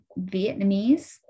Vietnamese